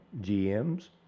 GMs